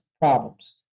problems